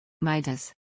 Midas